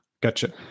Gotcha